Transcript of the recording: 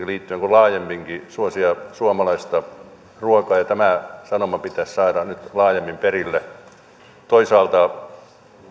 liittyen kuin laajemminkin suosia suomalaista ruokaa ja tämä sanoma pitäisi saada nyt laajemmin perille toisaalta